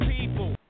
people